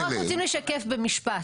אנחנו רק רוצים לשקף במשפט,